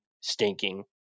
stinking